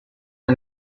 the